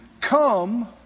Come